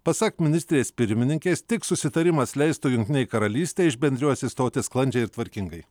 pasak ministrės pirmininkės tik susitarimas leistų jungtinei karalystei iš bendrijos išstoti sklandžiai ir tvarkingai